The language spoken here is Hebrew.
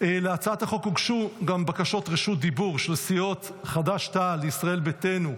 להצעת החוק הוגשו גם בקשות רשות דיבור של סיעות חד"ש-תע"ל וישראל ביתנו,